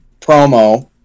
promo